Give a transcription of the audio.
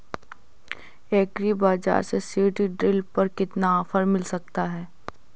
Agree बाजार से seed drill पर कितना ऑफर मिल सकता है?